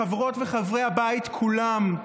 חברות וחברי הבית כולם: